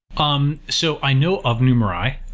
um so i know of numerai.